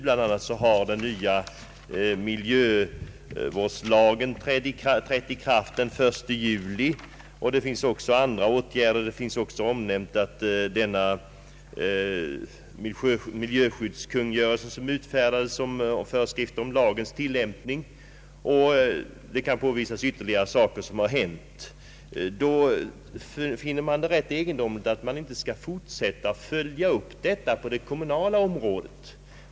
Bland annat har den nya miljöskyddslagen trätt i kraft den 1 juli 1969. Vidare har en miljöskyddskungörelse utfärdats, som innehåller närmare föreskrifter om lagens tillämpning, och åtskilligt annat skulle kunna nämnas. Det förefaller egendomligt att inte de insatser som gjorts på miljövårdsområdet har följts upp på det kommunala området.